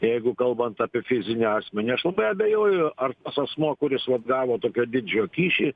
jeigu kalbant apie fizinį asmenį aš labai abejoju ar tas asmuo kuris vat gavo tokio dydžio kyšį